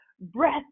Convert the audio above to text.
breath